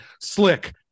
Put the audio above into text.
slick